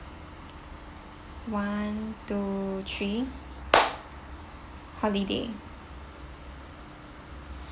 one two three holiday